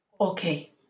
Okay